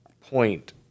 point